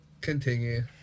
Continue